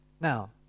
Now